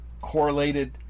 correlated